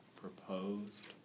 proposed